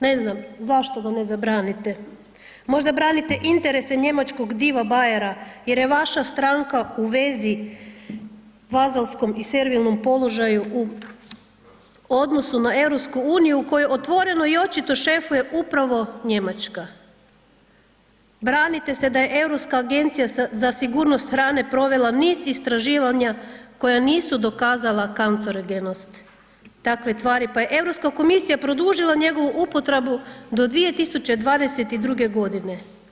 Ne znam zašto ga ne zabranite, možda branite interese njemačkog diva Bayera jer je vaša stranka u vezi vazelskom i servilnom položaju u odnosu na Europsku uniju u kojoj otvoreno i očito šefuje upravo Njemačka, branite se da je Europska agencija za sigurnost hrane provela niz istraživanja koja nisu dokazala kancerogenost takve tvari pa je Europska komisija produžila njegovu upotrebu do 2022.-ge godine.